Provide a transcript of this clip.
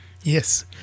Yes